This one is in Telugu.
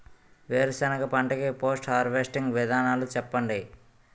వేరుసెనగ పంట కి పోస్ట్ హార్వెస్టింగ్ విధానాలు చెప్పండీ?